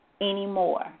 anymore